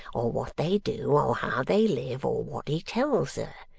or what they do, or how they live, or what he tells her.